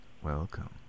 Welcome